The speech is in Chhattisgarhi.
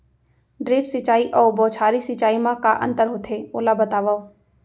ड्रिप सिंचाई अऊ बौछारी सिंचाई मा का अंतर होथे, ओला बतावव?